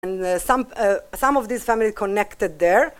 some of these femalies connected there